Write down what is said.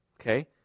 okay